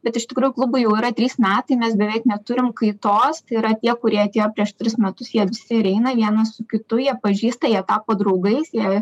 bet iš tikrųjų klubui jau yra trys metai mes beveik neturim kaitos tai yra tie kurie atėjo prieš tris metus jie visi ir eina vienas su kitu jie pažįsta jie tapo draugais jie